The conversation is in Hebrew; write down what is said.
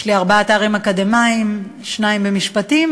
יש לי ארבעה תארים אקדמיים: שניים במשפטים,